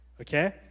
okay